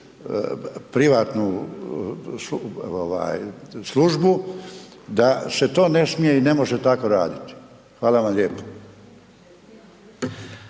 privatnu službu da se to ne smije i ne može tako raditi. Hvala vam lijepo.